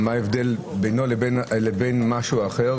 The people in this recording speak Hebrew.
מה ההבדל בינו לבין משהו אחר?